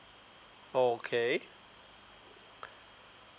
okay